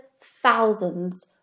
thousands